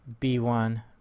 B1